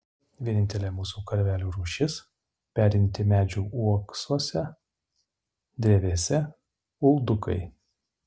vienintelė mūsų karvelių rūšis perinti medžių uoksuose drevėse uldukai